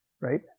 right